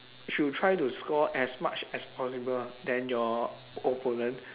should try to score as much as possible than your opponent